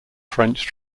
french